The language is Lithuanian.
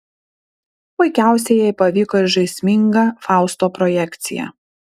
puikiausiai jai pavyko ir žaisminga fausto projekcija